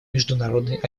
международной